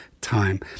time